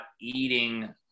eating